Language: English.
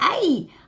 Hey